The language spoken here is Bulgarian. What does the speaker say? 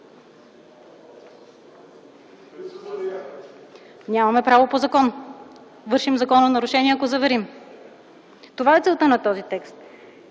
Нямаме право по закон. Вършим закононарушение, ако заверим. Това е целта на този текст.